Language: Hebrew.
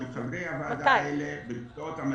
שהם חברי הוועדה הזו במקצועות המתאימים.